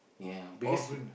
ya because